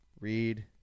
read